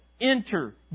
enter